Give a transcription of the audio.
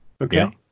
Okay